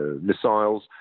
missiles